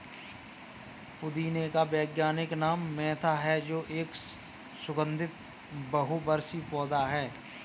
पुदीने का वैज्ञानिक नाम मेंथा है जो एक सुगन्धित बहुवर्षीय पौधा है